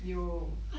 有